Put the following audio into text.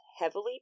heavily